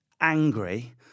angry